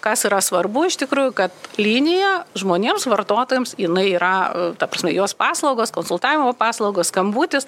kas yra svarbu iš tikrųjų kad linija žmonėms vartotojams jinai yra ta prasme jos paslaugos konsultavimo paslaugos skambutis